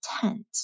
tent